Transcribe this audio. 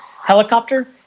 helicopter